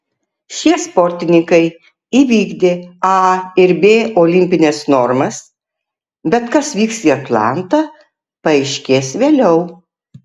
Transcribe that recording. šie sportininkai įvykdė a ir b olimpines normas bet kas vyks į atlantą paaiškės vėliau